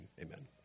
Amen